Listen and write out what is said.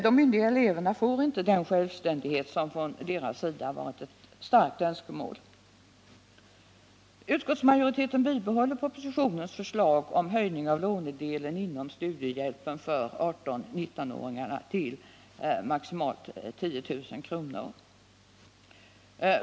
De myndiga eleverna får inte den självständighet som från deras sida har varit ett starkt önskemål.